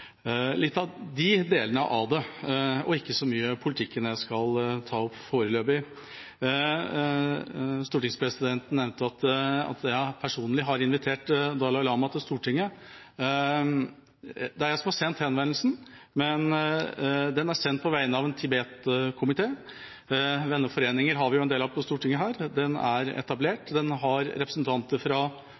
av det – jeg skal ikke ta opp så mye av politikken foreløpig. Stortingspresidenten nevnte at jeg personlig har invitert Dalai Lama til Stortinget. Det er jeg som har sendt henvendelsen, men den er sendt på vegne av en Tibet-komité; venneforeninger har vi jo en del av på Stortinget. Den er etablert, og den har representanter fra